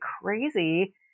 crazy